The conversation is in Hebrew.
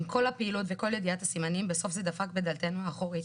עם כל הפעילות וכל ידיעת הסימנים בסוף זה דפק בדלתנו האחורית.